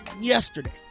yesterday